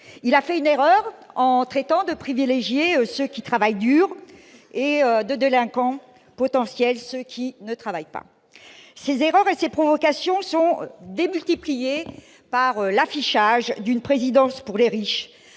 Il a fait une erreur en traitant de privilégiés ceux qui travaillent dur et de délinquants potentiels ceux qui ne travaillent pas. L'impact de ces erreurs et de ces provocations est démultiplié par l'affichage d'une présidence pour les riches,